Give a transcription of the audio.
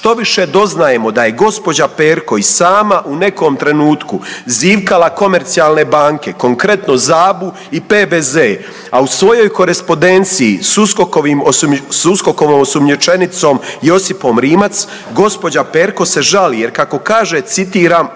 Štoviše, doznajemo da je gđa. Perko i sama u nekom trenutku zivkala komercijalne banke, konkretno ZABA-u i PBZ, a u svojoj korespodenciji s USKOK-ovom osumnjičenicom Josipom Rimac gđa. Perko se žali jer kako kaže citiram